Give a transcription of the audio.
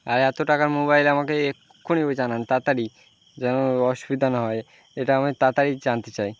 আর এত টাকার মোবাইল আমাকে এক্ষুনি জানান তাড়াতাড়ি যেন অসুবিধা না হয় এটা আমি তাড়াতাড়ি জানতে চাই